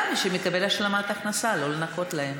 גם מי שמקבל השלמת הכנסה, לא לנכות להם.